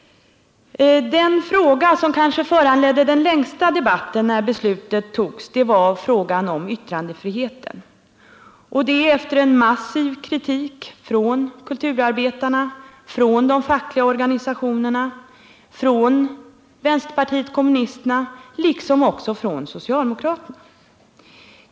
Den fråga som kanske föranledde den längsta debatten när beslutet om omorganisationen fattades var frågan om yttrandefriheten — detta efter en massiv kritik från kulturarbetare, från fackliga organisationer, från vänsterpartiet kommunisterna liksom från socialdemokraterna.